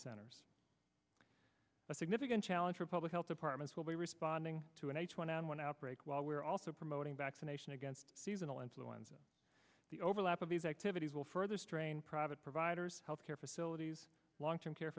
centers a significant challenge for public health departments will be responding to an h one n one outbreak while we are also promoting vaccination against seasonal influenza the overlap of these activities will further strain private providers health care facilities long term care